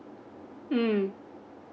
mm